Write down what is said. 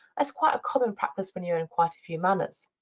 that's quite a common practice when you own quite a few manors.